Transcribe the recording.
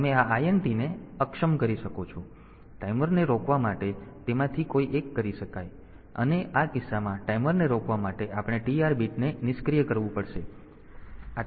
તેથી ટાઈમરને રોકવા માટે તેમાંથી કોઈ એક કરી શકાય છે અને આ કિસ્સામાં ટાઈમરને રોકવા માટે આપણે TR બીટને નિષ્ક્રિય કરવું પડશે